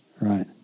right